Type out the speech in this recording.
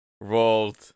rolled